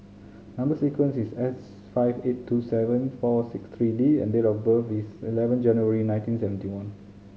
number sequence is S five eight two seven four six three D and date of birth is eleven January nineteen seventy one